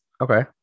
okay